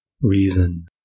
reason